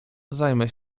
zajmę